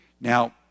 Now